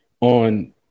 on